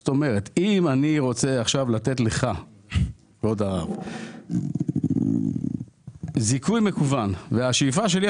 זאת אומרת אם אני רוצה עכשיו לתת לך כבוד הרב זיכוי מקוון והשאיפה שלי,